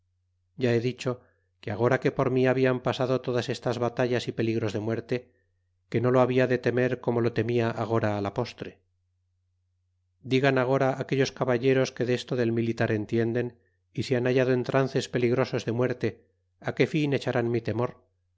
ya he dicho que agora que por mi habian pasado todas estas batallas y peligros de muerte que no lo habia de temer como lo temia agora la postre digan agora aquellos caballeros que desto del militar entienden y se han hallado en trances peligrosos de muerte que fin echarán mi temor